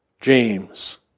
James